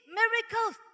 miracles